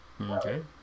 Okay